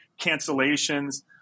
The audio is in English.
cancellations